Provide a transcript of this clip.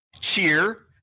cheer